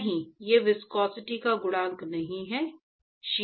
नहीं यह विस्कोसिटी का गुणांक नहीं है